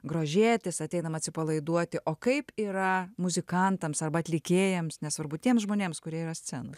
grožėtis ateinam atsipalaiduoti o kaip yra muzikantams arba atlikėjams nesvarbu tiems žmonėms kurie yra scenoj